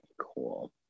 Cool